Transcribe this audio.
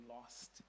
lost